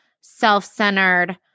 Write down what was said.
self-centered